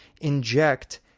inject